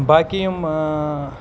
باقٕے یِم